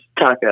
taco